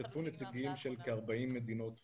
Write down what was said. השתתפו נציגים של כ-40 מדינות וארגונים.